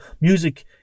music